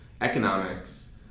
economics